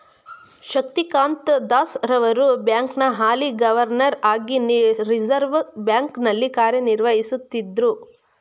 ಶಕ್ತಿಕಾಂತ್ ದಾಸ್ ರವರು ಬ್ಯಾಂಕ್ನ ಹಾಲಿ ಗವರ್ನರ್ ಹಾಗಿ ರಿವರ್ಸ್ ಬ್ಯಾಂಕ್ ನಲ್ಲಿ ಕಾರ್ಯನಿರ್ವಹಿಸುತ್ತಿದ್ದ್ರು